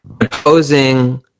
opposing